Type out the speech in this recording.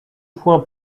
point